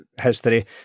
history